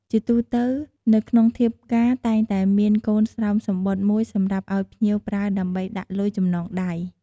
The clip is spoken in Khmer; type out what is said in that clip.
ជាទូទៅ នៅក្នុងធៀបការតែងតែមានកូនស្រោមសំបុត្រមួយសម្រាប់ឱ្យភ្ញៀវប្រើដើម្បីដាក់លុយចំណងដៃ។